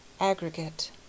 Aggregate